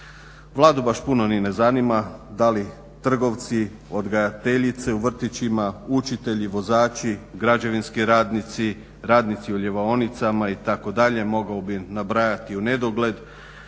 Vladu baš puno ni ne zanima da li trgovci, odgajateljice u vrtićima, učitelji, vozači, građevinski radnici, radnici u ljevaonicama itd. mogao bih nabrajati u nedogled